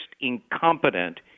incompetent